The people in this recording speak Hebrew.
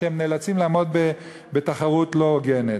והם נאלצים לעמוד בתחרות לא הוגנת.